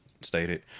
stated